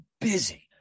busy